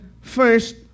first